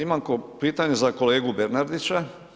Imam pitanje za kolegu Bernardića.